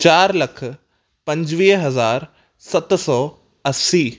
चारि लख पंजुवीह हज़ार सत सौ असीं